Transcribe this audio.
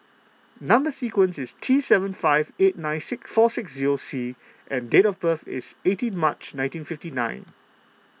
Number Sequence is T seven five eight nine four six zero C and date of birth is eighteen March nineteen fifty nine